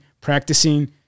practicing